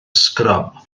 sgrym